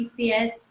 Pcs